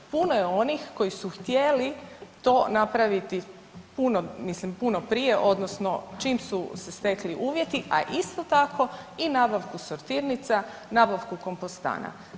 Puno je onih koji su htjeli to napraviti puno, mislim puno prije odnosno čim su se stekli uvjeti, a isto tako i nabavku sortirnica i nabavku kompostana.